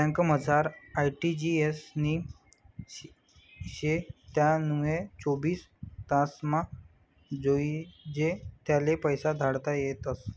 बँकमझार आर.टी.जी.एस नी सोय शे त्यानामुये चोवीस तासमा जोइजे त्याले पैसा धाडता येतस